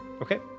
Okay